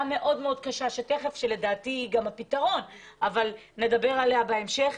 מאוד מאוד קשה שלדעתי היא גם הפתרון אבל נדבר עליה בהמשך.